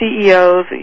CEOs